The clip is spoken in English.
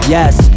Yes